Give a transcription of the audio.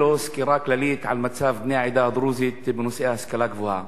לו סקירה כללית על מצב בני העדה הדרוזית בנושא השכלה גבוהה.